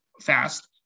fast